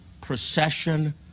procession